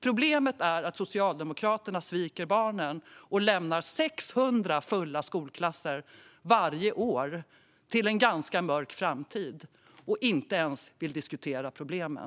Problemet är att Socialdemokraterna sviker barnen, lämnar 600 fulla skolklasser varje år till en ganska mörk framtid och inte ens vill diskutera problemen.